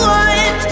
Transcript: one